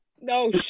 no